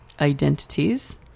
identities